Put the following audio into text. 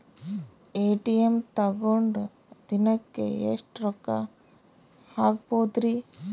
ATM ತಗೊಂಡ್ ದಿನಕ್ಕೆ ಎಷ್ಟ್ ರೊಕ್ಕ ಹಾಕ್ಬೊದ್ರಿ?